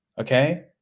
okay